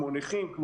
נכים,